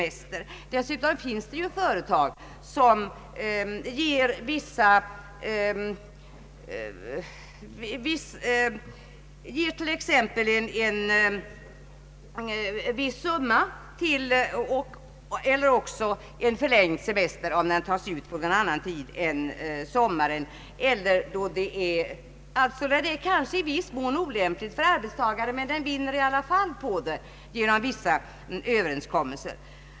Vidare finns det företag som ger en viss ersättning eller förlängd semester om den tas ut under annan tid än sommaren. Tiden kan i viss mån vara olämplig för arbetstagaren, men denne kan ändå vinna på det genom vissa överenskommelser.